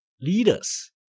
leaders